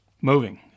moving